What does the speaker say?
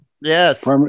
Yes